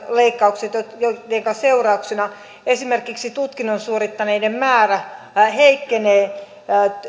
joidenka seurauksena esimerkiksi tutkinnon suorittaneiden määrä heikkenee